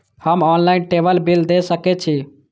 हम online table bill दे सके छी?